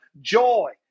joy